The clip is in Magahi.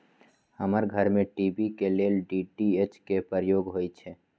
हमर घर में टी.वी के लेल डी.टी.एच के प्रयोग होइ छै